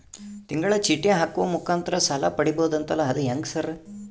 ತಿಂಗಳ ಚೇಟಿ ಹಾಕುವ ಮುಖಾಂತರ ಸಾಲ ಪಡಿಬಹುದಂತಲ ಅದು ಹೆಂಗ ಸರ್?